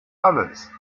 alles